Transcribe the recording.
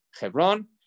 Hebron